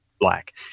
black